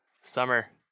Summer